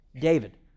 David